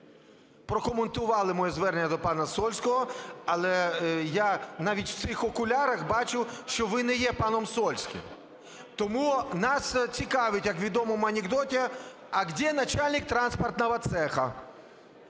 прокоментували моє звернення до пана Сольського. Але я навіть в цих окулярах бачу, що ви не є паном Сольським. Тому нас цікавить, як у відомому анекдоті, "а где начальник транспортного цеха?"